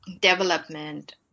development